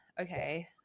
okay